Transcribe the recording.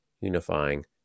unifying